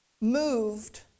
moved